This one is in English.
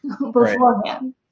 beforehand